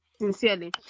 sincerely